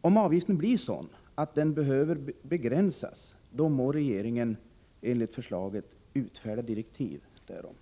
Om avgiften blir sådan att den behöver begränsas, då må regeringen enligt förslaget utfärda direktiv därom.